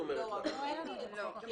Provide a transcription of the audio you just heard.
אין לי בחוק אחר.